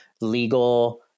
legal